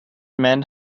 men